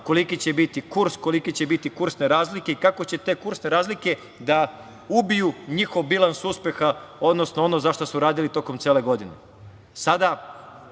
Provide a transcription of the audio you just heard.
koliki će biti kurs, kolike će biti kursne razlike i kako će te kursne razlike da ubiju njihov bilans uspeha, odnosno ono za šta su radili tokom cele godine. Sada